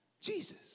Jesus